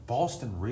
Boston